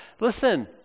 listen